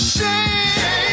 shame